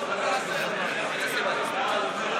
התשפ"ב 2022,